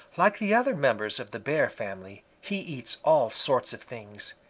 like the other members of the bear family, he eats all sorts of things.